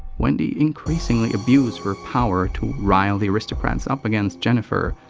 wendy increasingly abused her power to rile the aristocrats up against jennifer,